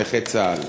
נכי צה"ל.